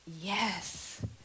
Yes